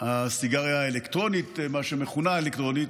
הסיגריה האלקטרונית, מה שמכונה אלקטרונית.